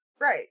Right